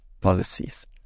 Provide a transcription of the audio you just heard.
policies